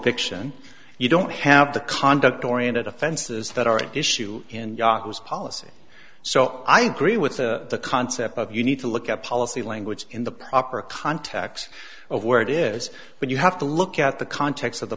fiction you don't have to conduct oriented offenses that are at issue in yahoo's policy so i agree with the concept of you need to look at policy language in the proper context of where it is but you have to look at the context of the